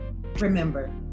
remember